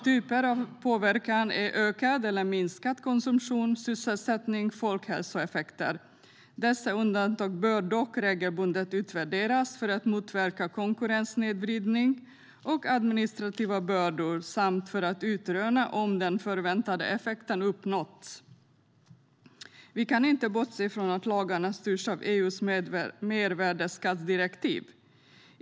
Typer av påverkan är ökad eller minskad konsumtion, sysselsättning och folkhälsoeffekter. Dessa undantag bör dock regelbundet utvärderas för att motverka konkurrenssnedvridning och administrativa bördor samt för att utröna om den förväntade effekten uppnåtts. Vi kan inte bortse från att lagarna styrs av EU:s mervärdesskattedirektiv.